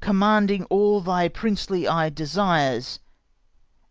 commanding all thy princely eye desires